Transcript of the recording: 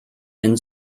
wenn